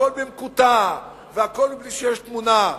הכול במקוטע והכול בלי שיש תמונה.